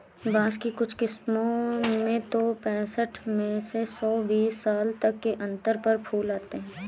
बाँस की कुछ किस्मों में तो पैंसठ से एक सौ बीस साल तक के अंतर पर फूल आते हैं